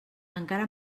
encara